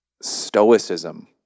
stoicism